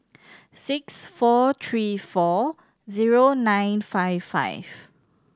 six four three four zero nine five five